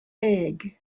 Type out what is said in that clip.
egg